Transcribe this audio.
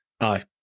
Aye